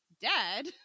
dead